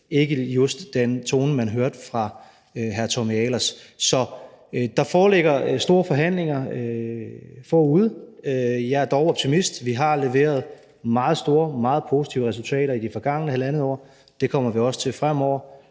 ikke just den tone, man hørte fra hr. Tommy Ahlers. Så der ligger store forhandlinger forude. Jeg er dog optimist. Vi har leveret meget store og meget positive resultater i de forgangne halvandet år. Det kommer vi også til fremover.